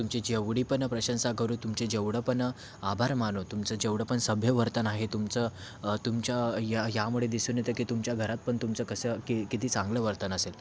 तुमची जेवढी पण प्रशंसा करू तुमचे जेवढं पण आभार मानू तुमचं जेवढं पण सभ्य वर्तन आहे तुमचं तुमचं या यामुळे दिसून येतं की तुमच्या घरात पण तुमचं कसं कि किती चांगलं वर्तन असेल